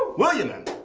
william m.